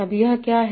अब यह क्या है